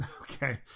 Okay